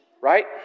right